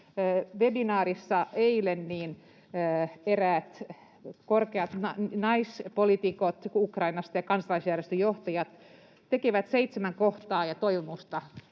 Webinaarissa eilen eräät korkeat naispoliitikot ja kansalaisjärjestöjohtajat Ukrainasta tekivät seitsemän kohtaa ja toivomusta